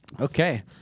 Okay